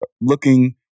looking